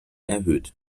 erhöht